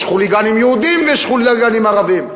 יש חוליגנים יהודים ויש חוליגנים ערבים.